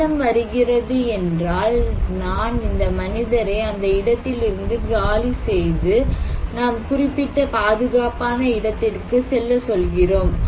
வெள்ளம் வருகிறது என்றால் நான் இந்த மனிதரை அந்த இடத்திலிருந்து காலி செய்து நாம் குறிப்பிட்ட பாதுகாப்பான இடத்திற்கு செல்ல சொல்கிறோம்